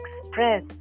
express